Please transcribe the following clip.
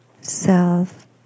self